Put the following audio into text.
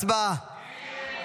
הצבעה.